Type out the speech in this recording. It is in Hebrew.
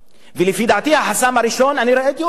לפי דעתי, החסם הראשון, אני ראיתי אותו היום